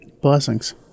Blessings